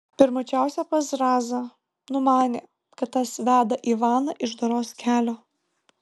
pirmučiausia pas zrazą numanė kad tas veda ivaną iš doros kelio